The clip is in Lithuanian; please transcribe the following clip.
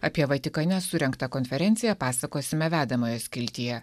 apie vatikane surengtą konferenciją pasakosime vedamojo skiltyje